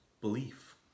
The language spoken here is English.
belief